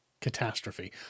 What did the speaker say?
catastrophe